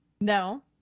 No